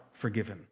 forgiven